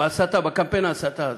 בהסתה, בקמפיין ההסתה הזה.